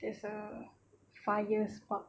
there's a fire spark